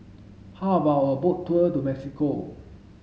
how about a boat tour to Mexico